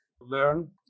learn